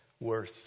worth